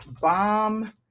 bomb